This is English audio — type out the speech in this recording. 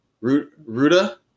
Ruta